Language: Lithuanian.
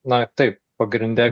na taip pagrinde